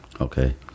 Okay